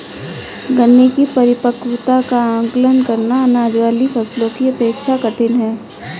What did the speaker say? गन्ने की परिपक्वता का आंकलन करना, अनाज वाली फसलों की अपेक्षा कठिन है